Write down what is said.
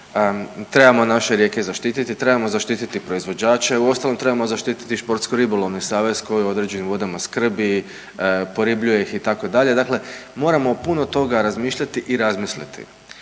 trebamo naše rijeke zaštititi, trebamo zaštititi proizvođače, uostalom trebamo zaštititi i športsko-ribolovni savez koji o određenim vodama skrbi, poribljuje ih, itd., dakle moramo puno toga razmišljati i razmisliti,